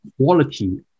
quality